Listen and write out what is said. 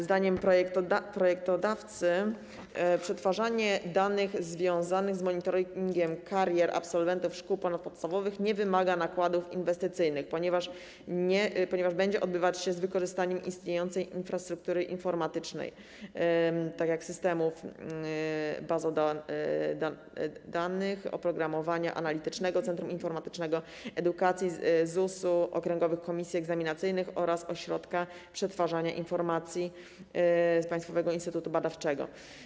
Zdaniem projektodawcy przetwarzanie danych związanych z monitoringiem karier absolwentów szkół ponadpodstawowych nie wymaga nakładów inwestycyjnych, ponieważ będzie odbywać się z wykorzystaniem istniejącej infrastruktury informatycznej oraz systemów baz danych, oprogramowania analitycznego Centrum Informatycznego Edukacji, ZUS-u, okręgowych komisji egzaminacyjnych oraz Ośrodka Przetwarzania Informacji - Państwowego Instytutu Badawczego.